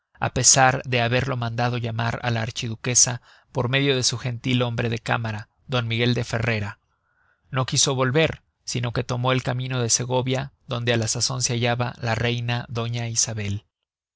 á pesar de haberlo mandado llamar á la archiduquesa por medio de su gentil-hombre de cámara d miguel de ferrera no quiso volver sino que tomó el camino de segovia donde á la sazon se hallaba la reina doña isabel